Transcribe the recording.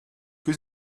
que